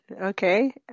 Okay